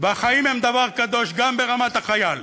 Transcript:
והחיים הם דבר קדוש, גם ברמת-החייל,